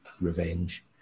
revenge